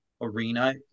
arena